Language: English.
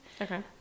Okay